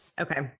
Okay